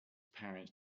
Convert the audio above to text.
parents